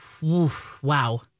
wow